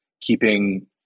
keeping